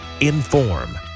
inform